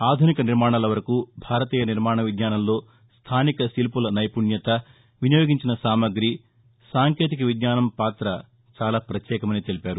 ఆధునిక నిర్మాణాల వరకు భారతీయ నిర్మాణ విజ్ఞానంలో స్థానిక శిల్పుల నైపుణ్యత వినియోగించిన సామాగ్రి సాంకేతిక విజ్ఞానం పాత చాలా ప్రత్యేకమని తెలిపారు